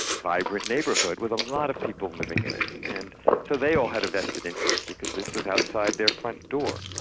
vibrant neighbourhood, with a lot of people living in it, and so they all had a vested interest, because this was outside their front door.